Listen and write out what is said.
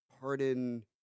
pardon